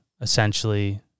essentially